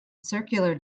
circular